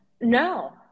No